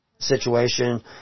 situation